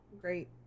great